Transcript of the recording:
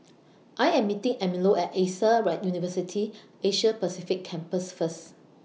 I Am meeting Emilio At AXA University Asia Pacific Campus First